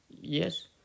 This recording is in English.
Yes